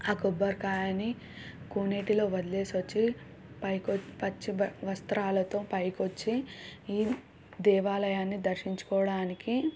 ఆ కొబ్బరికాయని కోనేటిలో వదిలేసి వచ్చి పైకో పచ్చి బ వస్త్రాలతో పైకి వచ్చి ఈ దేవాలయాన్ని దర్శించుకోవడానికి